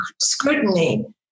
scrutiny